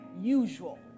usual